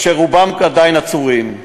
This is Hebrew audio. ורובם עדיין עצורים.